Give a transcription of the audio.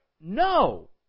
No